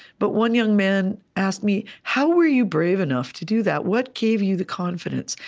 but one young man asked me, how were you brave enough to do that? what gave you the confidence?